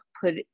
put